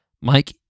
Mike